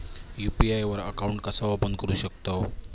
UPI वर account कसा open करू शकतव?